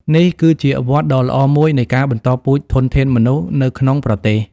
នេះគឺជាវដ្តដ៏ល្អមួយនៃការបន្តពូជធនធានមនុស្សនៅក្នុងប្រទេស។